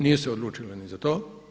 Nije se odlučila niti za to.